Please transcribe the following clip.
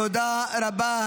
תודה רבה.